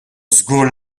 żgur